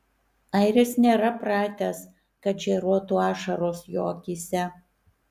airis nėra pratęs kad žėruotų ašaros jo akyse